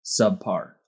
subpar